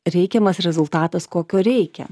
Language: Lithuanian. reikiamas rezultatas kokio reikia